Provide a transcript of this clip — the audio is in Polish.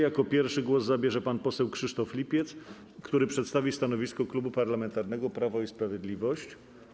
Jako pierwszy głos zabierze pan poseł Krzysztof Lipiec, który przedstawi stanowisko Klubu Parlamentarnego Prawo i Sprawiedliwość.